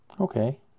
Okay